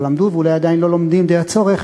לא למדו ואולי עדיין לא לומדים די הצורך